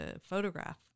photograph